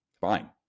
Fine